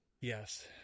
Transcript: Yes